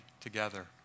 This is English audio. together